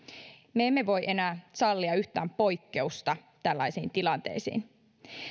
me emme voi sallia enää yhtään poikkeusta tällaisiin tilanteisiin